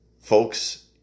Folks